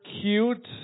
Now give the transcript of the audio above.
cute